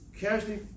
casually